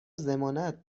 ضمانت